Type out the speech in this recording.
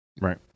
Right